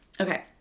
Okay